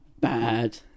Bad